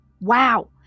Wow